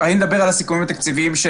אני מדבר על הסיכומים התקציביים עם